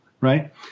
right